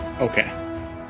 okay